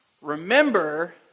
remember